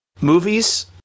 movies